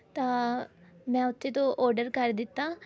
ਤਾਂ ਮੈਂ ਉੱਥੇ ਤੋਂ ਆਰਡਰ ਕਰ ਦਿੱਤਾ